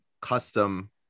custom